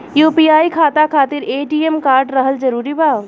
UPI खाता खातिर ATM card रहल जरूरी बा?